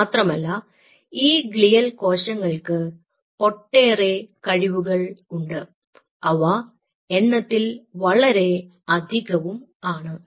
മാത്രമല്ല ഈ ഗ്ലിയൽ കോശങ്ങൾക്ക് ഒട്ടേറെ കഴിവുകൾ ഉണ്ട് അവ എണ്ണത്തിൽ വളരെ അധികവും ആണ്